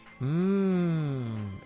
Mmm